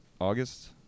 august